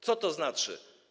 Co to znaczy?